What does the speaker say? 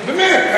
באמת.